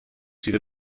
sydd